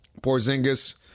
Porzingis